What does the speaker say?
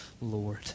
Lord